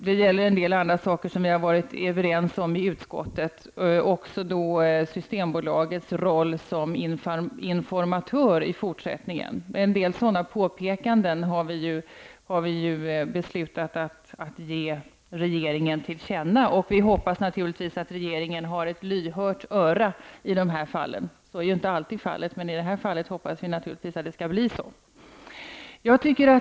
Det finns också en del andra saker som vi i utskottet har varit överens om, t.ex. Systembolagets fortsatta roll som informatör. Det är några av de påpekanden som vi vill att riksdagen skall ge regeringen till känna. Vi hoppas naturligtivs att regeringen är lyhörd för våra påpekanden. Så är inte alltid fallet, men i det här fallet hoppas vi att regeringen har ett lyhört öra.